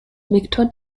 viktor